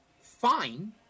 fine